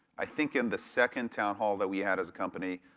i think in the second town hall that we had as company,